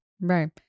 right